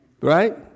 Right